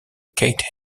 keith